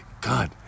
God